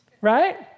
right